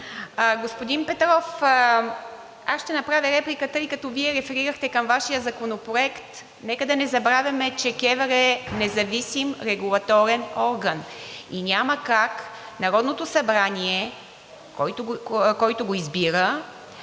Господин Петров, аз ще направя реплика, тъй като Вие реферирахте към Вашия законопроект, нека не забравяме, че КЕВР е независим регулаторен орган и няма как Народното събрание, което го избира,